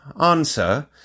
answer